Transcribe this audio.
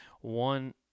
One